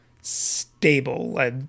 stable